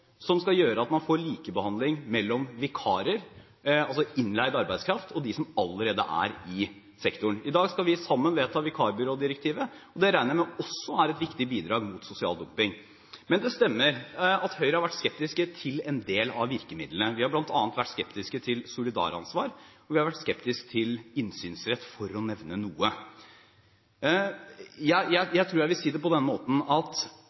som skal gjøre at man får likebehandling mellom vikarer, altså innleid arbeidskraft, og de som allerede er i sektoren. I dag skal vi sammen vedta vikarbyrådirektivet, og det regner jeg med også vil være et viktig bidrag mot sosial dumping. Men det stemmer at Høyre har vært skeptisk til en del av virkemidlene. Vi har bl.a. vært skeptisk til solidaransvar, og vi har vært skeptisk til innsynsrett, for å nevne noe. Jeg tror jeg vil si det på denne måten: